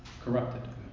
corrupted